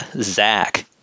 Zach